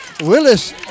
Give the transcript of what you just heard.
Willis